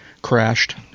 Crashed